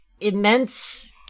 immense